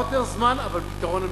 ייקח יותר זמן, אבל פתרון אמיתי,